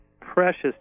precious